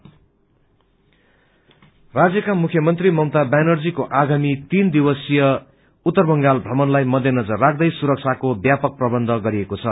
CM visit राजयको मुख्यमंत्री मममता व्यानर्जीको आगामी तीन दिवसीय उत्तर बंगाल भ्रमणलाई मध्यनजर राख्दै सुरक्षाको व्यापक प्रबन्ध गरिएको छ